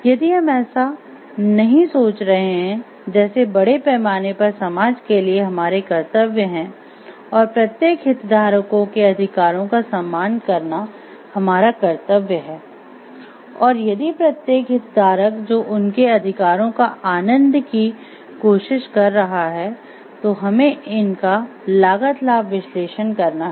यदि हम ऐसा नहीं सोच रहे हैं जैसे बड़े पैमाने पर समाज के लिए हमारे कर्तव्य है और प्रत्येक हितधारकों के अधिकारों का सम्मान करना हमारा कर्तव्य हैं और यदि प्रत्येक हितधारक जो उनके अधिकारों का आनंद की कोशिश कर रहा है तो हमें इनका लागत लाभ विश्लेषण करना है